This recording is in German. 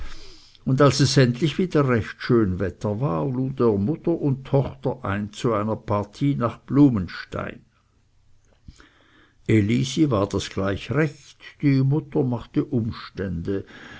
nicht als es endlich wieder recht schön wetter war lud er mutter und tochter ein zu einer partie nach blumenstein elisi war das gleich recht die mutter machte umstände